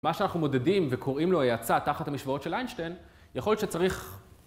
מה שאנחנו מודדים וקוראים לו האצה תחת המשוואות של איינשטיין יכול להיות שצריך...